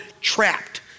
trapped